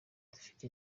dufite